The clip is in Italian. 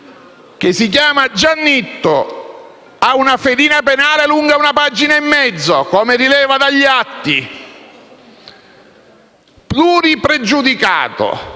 che si chiama Giannitto, ha una fedina penale lunga una pagina e mezzo, come rilevano gli atti. Leggiamo